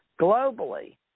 Globally